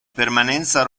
permanenza